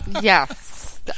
Yes